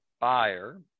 buyer